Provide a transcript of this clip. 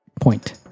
Point